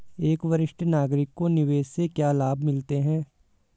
एक वरिष्ठ नागरिक को निवेश से क्या लाभ मिलते हैं?